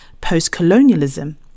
post-colonialism